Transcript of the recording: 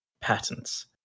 patents